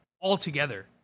altogether